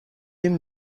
این